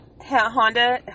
honda